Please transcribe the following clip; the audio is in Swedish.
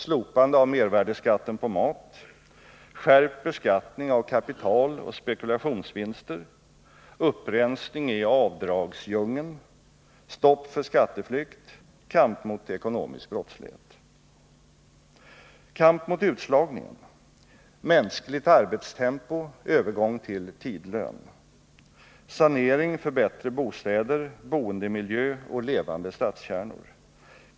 Slopande av mervärdeskatten på mat. Skärpt beskattning av kapital och spekulationsvinster. Upprensning i avdragsdjungeln. Stopp för skatteflykt. Kamp mot ekonomisk brottslighet. Kamp mot utslagning: Mänskligt arbetstempo och övergång till tidlön. Sanering för bättre bostäder, boendemiljö och levande statskärnor.